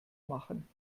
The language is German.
machen